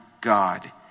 God